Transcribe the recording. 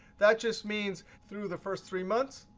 that just means through the first three months,